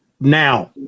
now